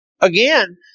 Again